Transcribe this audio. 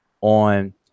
on